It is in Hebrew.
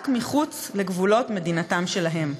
רק מחוץ לגבולות מדינתם שלהם.